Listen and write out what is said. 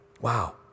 Wow